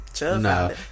No